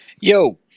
Yo